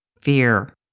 fear